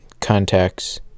contacts